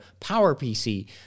PowerPC